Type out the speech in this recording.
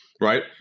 Right